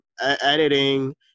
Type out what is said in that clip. editing